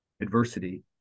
adversity